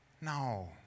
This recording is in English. No